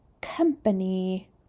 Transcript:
Company